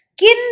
Skin